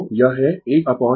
तो यह है 1 अपोन T0 से T v2dt